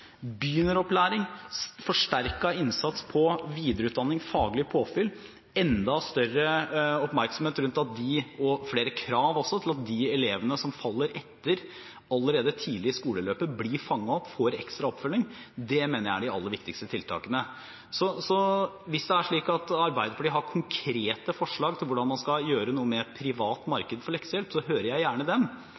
innsats på videreutdanning, faglig påfyll, enda større oppmerksomhet rundt – og flere krav til – at de elevene som henger etter, allerede tidlig i skoleløpet blir fanget opp og får ekstra oppfølging. Det mener jeg er de aller viktigste tiltakene. Hvis det er slik at Arbeiderpartiet har konkrete forslag til hvordan man skal gjøre noe med et privat marked for leksehjelp, så hører jeg gjerne dem